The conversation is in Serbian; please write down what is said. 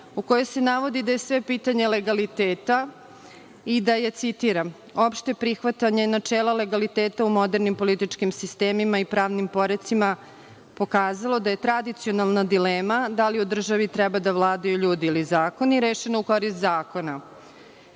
u kojoj se navodi da je sve pitanje legaliteta i da je citiram: „Opšte prihvatanje načela legaliteta u modernim političkim sistemima i pravnim porecima pokazalo da je tradicionalna dilema da li u državi treba da vladaju ljudi ili zakoni rešeno u korist zakona.